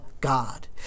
God